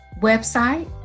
website